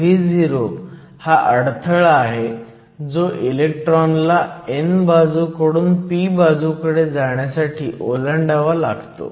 Vo हा अडथळा आहे जो इलेक्ट्रॉनला n बाजूकडून p बाजूकडे जाण्यासाठी ओलांडावा लागतो